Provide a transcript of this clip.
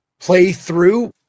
Playthrough